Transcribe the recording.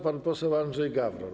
Pan poseł Andrzej Gawron.